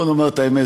בוא נאמר את האמת,